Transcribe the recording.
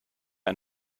ein